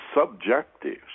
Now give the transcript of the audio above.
subjective